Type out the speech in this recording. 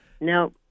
no